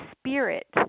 spirit